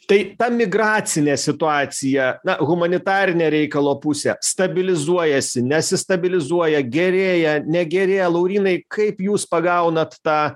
tai ta migracinė situacija humanitarinė reikalo pusė stabilizuojasi nesistabilizuoja gerėja negerėja laurynai kaip jūs pagaunat tą